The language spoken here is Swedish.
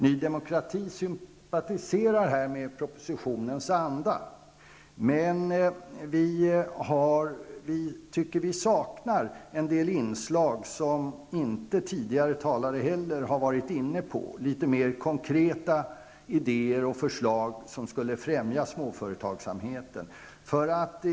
Ny Demokrati sympatiserar med propositionens anda, men vi tycker att det saknas en del inslag som inte heller tidigare talare har varit inne på. Litet mer konkreta idéer och förslag skulle främja småföretagsamheten.